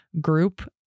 group